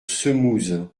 semouse